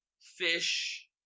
fish